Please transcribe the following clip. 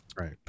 Right